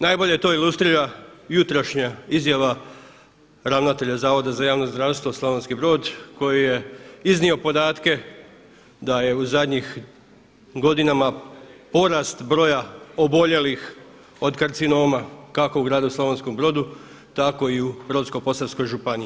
Najbolje to ilustrira jutrošnja izjava ravnatelja Zavoda za javno zdravstvo Slavonski Brod koji je iznio podatke da je zadnjih godina porast broja oboljelih od karcinoma kako u gradu Slavonskom Brodu tako i u Brodsko-posavskoj županiji.